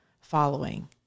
following